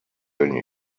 ogni